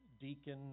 deacon